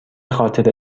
خاطر